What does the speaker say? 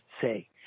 say